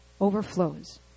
overflows